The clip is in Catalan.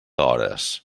hores